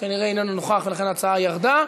שכנראה איננו נוכח ולכן ההצעה ירדה,